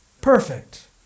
perfect